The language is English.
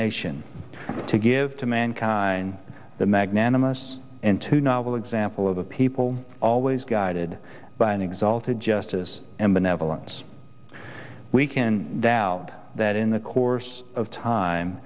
nation to give to mankind the magnanimous into novel example of the people always guided by an exalted justice and benevolence we can doubt that in the course of time